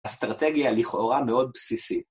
אסטרטגיה לכאורה מאוד בסיסית.